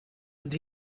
and